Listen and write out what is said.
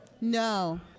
No